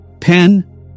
Pen